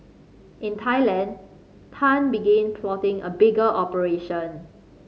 in Thailand Tan began plotting a bigger operation